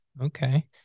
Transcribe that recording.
Okay